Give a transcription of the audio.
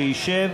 שישב.